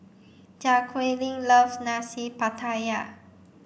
Jaquelin loves Nasi Pattaya